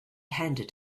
handed